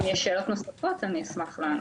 אם יש שאלות נוספות אני אשמח לענות.